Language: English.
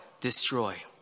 destroy